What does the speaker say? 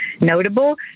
notable